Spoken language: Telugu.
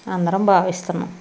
అందరం భావిస్తున్నాము